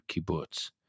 kibbutz